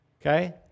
okay